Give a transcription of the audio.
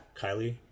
Kylie